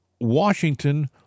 Washington